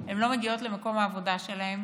הן לא מגיעות למקום העבודה שלהן